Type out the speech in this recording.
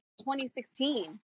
2016